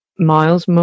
miles